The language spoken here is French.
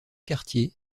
quartiers